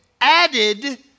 added